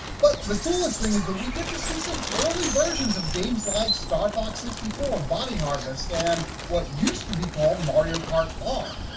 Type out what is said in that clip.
but the coolest thing is that we get to see some early versions of games like star fox sixty four, body harvest, and what used to be called mario kart r.